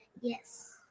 Yes